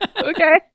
Okay